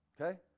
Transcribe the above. Okay